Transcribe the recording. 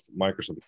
microsoft